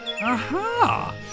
Aha